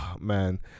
Man